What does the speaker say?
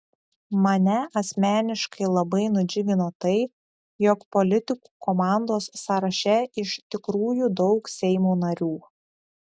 mane asmeniškai labai nudžiugino tai jog politikų komandos sąraše iš tikrųjų daug seimo narių